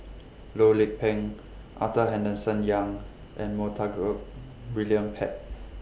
Loh Lik Peng Arthur Henderson Young and Montague William Pett